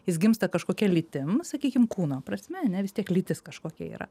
jis gimsta kažkokia lytim sakykim kūno prasme ane vis tiek lytis kažkokia yra